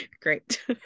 great